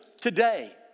today